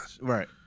Right